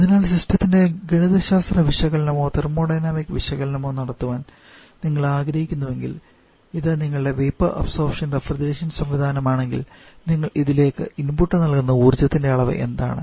അതിനാൽ സിസ്റ്റത്തിന്റെ ഗണിതശാസ്ത്ര വിശകലനമോ തെർമോഡൈനാമിക് വിശകലനമോ നടത്താൻ നിങ്ങൾ ആഗ്രഹിക്കുന്നുവെങ്കിൽ ഇത് നിങ്ങളുടെ വേപ്പർ അബ്സോർപ്ഷൻ റഫ്രിജറേഷൻ സംവിധാനമാണെങ്കിൽ നിങ്ങൾ ഇതിലേക്ക് ഇൻപുട്ട് നൽകുന്ന ഊർജ്ജത്തിൻറെ അളവ് എന്താണ്